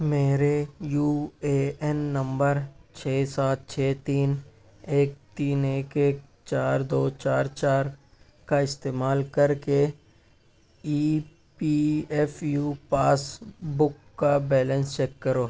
میرے U A N نمبر چھ سات چھ تین ایک تین ایک ایک چار دو چار چار کا استعمال کر کے E P F U passbook کا بیلنس چیک کرو